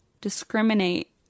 discriminate